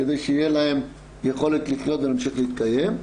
כדי שתהיה להם יכולת לחיות ולהמשיך להתקיים.